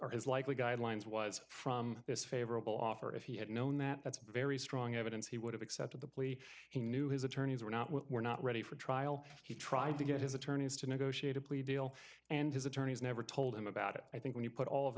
likely guidelines was from this favorable offer if he had known that that's very strong evidence he would have accepted the plea he knew his attorneys were not with were not ready for trial he tried to get his attorneys to negotiate a plea deal and his attorneys never told him about it i think when you put all of